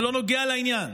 זה לא נוגע לעניין.